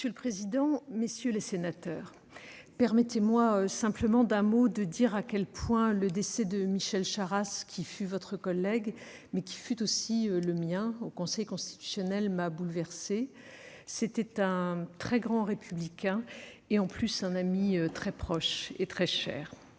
Monsieur le président, mesdames, messieurs les sénateurs, permettez-moi simplement d'un mot de dire à quel point le décès de Michel Charasse, qui fut votre collègue, mais qui fut aussi le mien au Conseil constitutionnel, m'a bouleversée. C'était un très grand républicain et, en plus, un ami très proche et très cher.